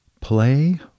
Play